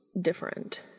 different